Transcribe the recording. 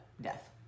death